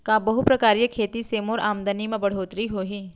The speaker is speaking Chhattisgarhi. का बहुप्रकारिय खेती से मोर आमदनी म बढ़होत्तरी होही?